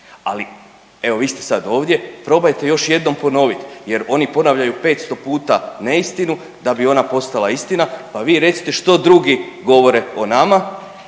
ali evo vi ste sad ovdje probajte još jednom ponovit jer oni ponavljaju 500 puta neistinu da bi ona postala istina, pa vi recite što drugi govore o nama.